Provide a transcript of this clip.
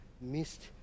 missed